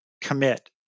commit